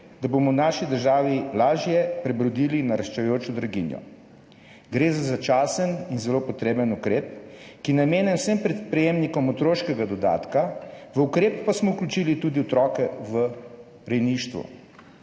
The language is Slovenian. da bomo v naši državi lažje prebrodili naraščajočo draginjo. Gre za začasen in zelo potreben ukrep, ki je namenjen vsem prejemnikom otroškega dodatka, v ukrep pa smo vključili tudi otroke v rejništvu.